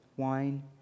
wine